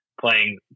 playing